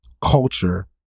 culture